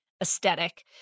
aesthetic